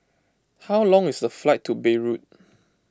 how long is the flight to Beirut